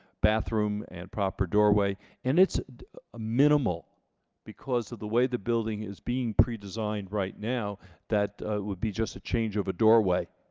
bathroom and proper doorway and it's ah minimal because of the way the building is being pre-designed right now that would be just a change of a doorway